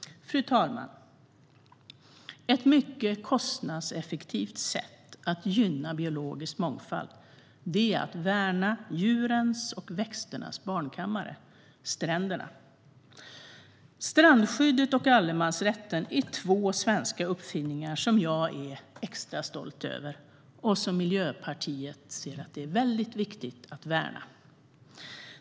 Fru talman! Ett mycket kostnadseffektivt sätt att gynna biologisk mångfald är att värna djurens och växternas barnkammare - stränderna. Strandskyddet och allemansrätten är två svenska uppfinningar som jag är extra stolt över och som Miljöpartiet anser är väldigt viktiga att värna.